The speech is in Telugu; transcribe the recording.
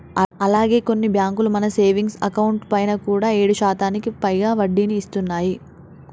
అలాగే కొన్ని బ్యాంకులు మన సేవింగ్స్ అకౌంట్ పైన కూడా ఏడు శాతానికి పైగా వడ్డీని ఇస్తున్నాయి